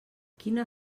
quina